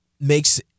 makes